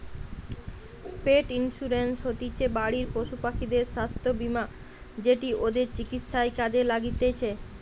পেট insurance হতিছে বাড়ির পশুপাখিদের স্বাস্থ্য বীমা যেটি ওদের চিকিৎসায় কাজে লাগতিছে